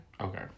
Okay